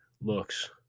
looks